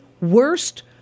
worst